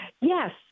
Yes